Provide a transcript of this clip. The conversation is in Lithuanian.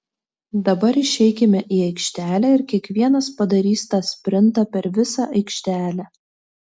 dabar išeikime į aikštelę ir kiekvienas padarys tą sprintą per visą aikštelę